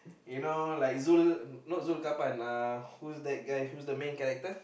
you know like Zul not Zul Kapan uh who's that guy who's the main character